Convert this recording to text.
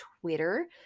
Twitter